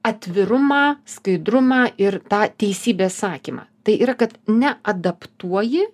atvirumą skaidrumą ir tą teisybės sakymą tai yra kad ne adaptuoji